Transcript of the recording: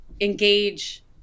engage